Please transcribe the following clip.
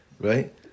right